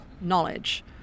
knowledge